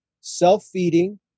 self-feeding